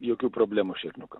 jokių problemų šerniukai